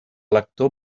lector